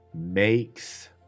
makes